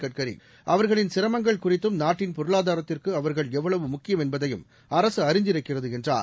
கட்காரி அவர்களின் சிரமங்கள் குறித்தும் நாட்டின் பொருளாதாரத்திற்கு அவர்கள் எவ்வளவு முக்கியம் என்பதையும் அரசு அறிந்திருக்கிறது என்றார்